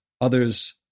others